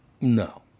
No